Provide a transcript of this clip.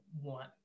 want